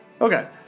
Okay